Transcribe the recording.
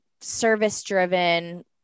service-driven